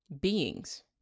beings